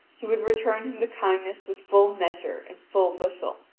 he would return him the kindness with full measure and full bushel,